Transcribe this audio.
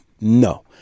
No